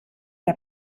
der